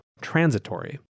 transitory